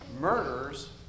murders